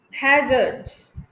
hazards